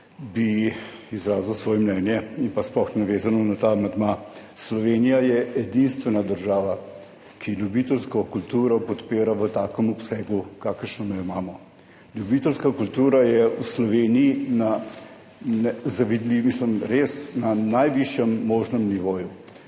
bi izrazil svoje mnenje, sploh navezano na ta amandma. Slovenija je edinstvena država, ki ljubiteljsko kulturo podpira v takem obsegu, kakršno jo imamo. Ljubiteljska kultura je v Sloveniji na res najvišjem možnem nivoju,